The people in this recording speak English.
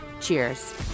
Cheers